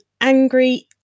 angry